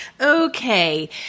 Okay